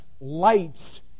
lights